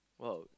!woah!